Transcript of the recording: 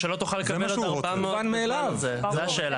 שלא תוכל לקבל עוד 400. זאת השאלה,